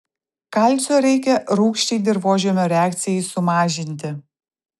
kalcio reikia rūgščiai dirvožemio reakcijai sumažinti